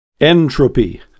Entropy